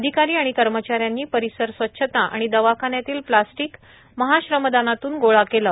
अधिकारी कर्मचाऱ्यांनी परिसर स्वच्छता आणि दवाखान्यातील प्लास्टीक महाश्रमदानातून गोळा केला